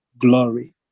glory